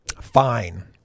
Fine